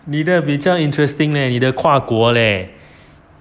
你的比较 interesting leh 你的跨国咧